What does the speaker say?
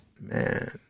Man